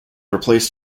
replaced